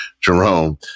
Jerome